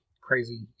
crazy